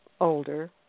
older